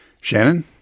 Shannon